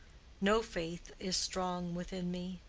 no faith is strong within me.